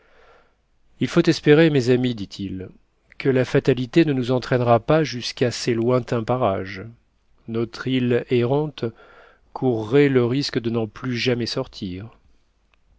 il faut espérer mes amis dit-il que la fatalité ne nous entraînera pas jusqu'à ces lointains parages notre île errante courrait le risque de n'en plus jamais sortir